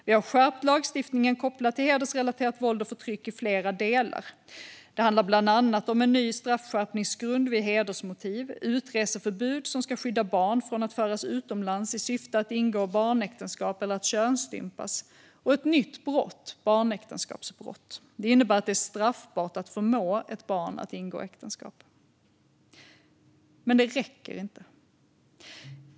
Vi har skärpt lagstiftningen kopplat till hedersrelaterat våld och förtryck i flera delar. Det handlar bland annat om en ny straffskärpningsgrund vid hedersmotiv, utreseförbud som ska skydda barn från att föras utomlands i syfte att ingå barnäktenskap eller att könsstympas och ett nytt brott, barnäktenskapsbrott. Det innebär att det är straffbart att förmå ett barn att ingå äktenskap. Men det räcker inte.